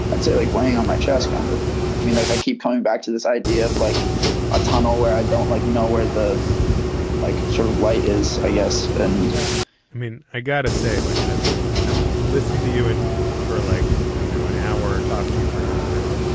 i'd say like weighing on my chest kind of mean like i keep coming back to this idea of like a tunnel where i don't like nowhere. the like sort of light is i. yes and i mean, i gotta say, like, i've ah listened to you and for like, you know, an hour talk to you for half an hour.